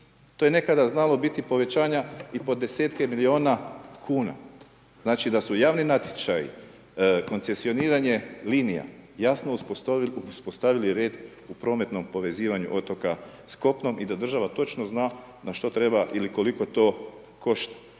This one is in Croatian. to je nekada znalo biti povećanja i po desetke miliona kuna. Znači da su javni natječaji, koncesioniranje linija jasno uspostavili red u prometnom povezivanju otoka s kopnom i da država točno zna na što treba ili koliko to košta.